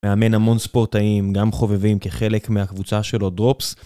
מאמן המון ספורטאים, גם חובבים כחלק מהקבוצה שלו, דרופס.